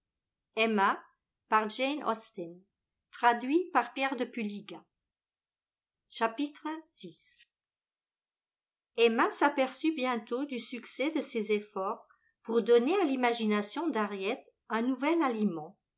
emma s'aperçut bientôt du succès de ses efforts pour donner à l'imagination d'harriet un nouvel aliment